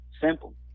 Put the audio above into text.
simple